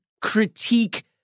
critique